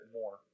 more